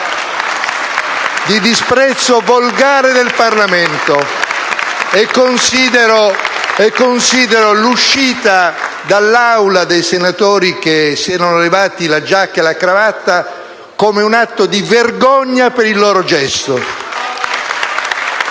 di disprezzo volgare del Parlamento. Considero l'uscita dall'Aula dei senatori che si erano levati la giacca e la cravatta come un atto di vergogna per il loro gesto. *(Applausi